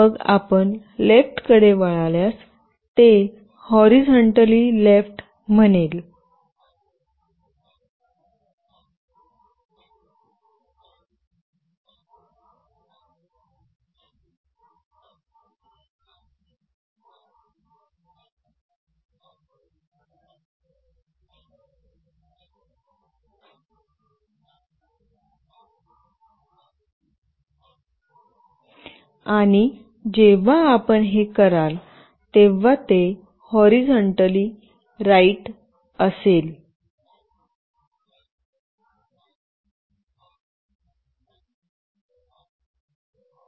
आणि मग आपण लेफ्टकडे वळाल्यास ते हॉरीझॉन्टली लेफ्ट म्हणेल आणि जेव्हा आपण हे कराल तेव्हा ते हॉरीझॉन्टली राईट असेल